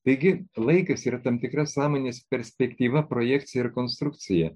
taigi laikas yra tam tikra sąmonės perspektyvą projekcija ir konstrukcija